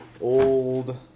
Old